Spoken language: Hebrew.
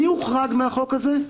מי הוחרג מהחוק הזה?